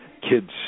kids